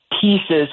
pieces